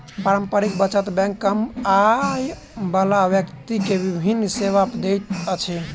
पारस्परिक बचत बैंक कम आय बला व्यक्ति के विभिन सेवा दैत अछि